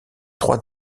trois